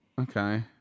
Okay